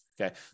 okay